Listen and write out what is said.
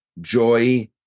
joy